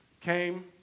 came